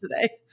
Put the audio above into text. today